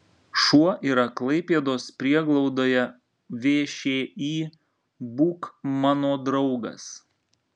šuo yra klaipėdos prieglaudoje všį būk mano draugas